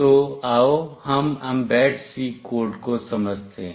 तो आओ हम mbed C कोड को समझते हैं